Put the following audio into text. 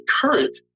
current